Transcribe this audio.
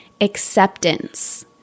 Acceptance